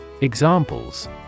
Examples